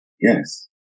Yes